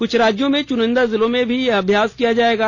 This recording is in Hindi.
कुछ राज्यों में चुनिंदा जिलों में भी यह अभ्याास किया जाएगा